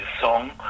song